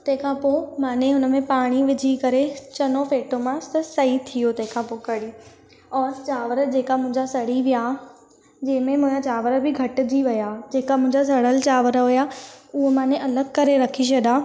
तंहिंखां पोइ माने हुनमें पाणी विझी करे चङो फेटोमास त सही थी वियो तंहिंखां पोइ कढ़ी और चांवर जेका मुंहिंजा सड़ी विया जंहिंमें मां चांवर बि घटि जी विया जेका मुंहिंजा सड़ल चांवर हुया उहो माने अलॻि करे रखी छॾिया